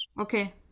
Okay